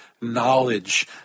knowledge